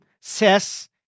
says